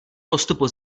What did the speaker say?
postupu